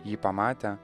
jį pamatę